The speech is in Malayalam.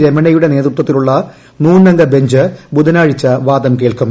രമണയുടെ നേതൃത്വത്തിലുള്ള മൂന്നംഗബഞ്ച് ബുധനാഴ്ച വാദം കേൾക്കും